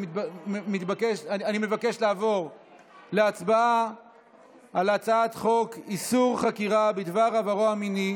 אני מבקש לעבור להצבעה על הצעת חוק איסור חקירה בדבר עברו המיני